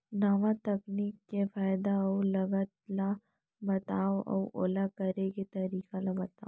नवा तकनीक के फायदा अऊ लागत ला बतावव अऊ ओला करे के तरीका ला बतावव?